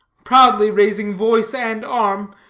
proudly raising voice and arm,